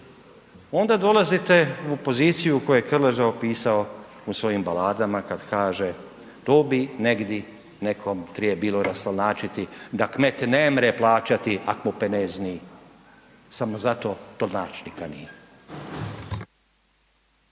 onda dolazite u poziciju koju je Krleža u svojim baladama kada kaže, „to bi negdi nekom prije bilo … da kmet nemre plaćati ak mu penez ni, samo zato to nać nikad ni“.